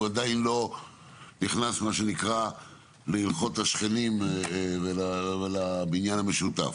עדיין לא נכנס להלכות השכנים ולבניין המשותף.